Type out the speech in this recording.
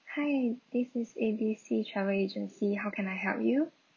hi this is A B C travel agency how can I help you